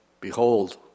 Behold